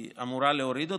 היא אמורה להוריד אותו,